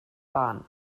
bahn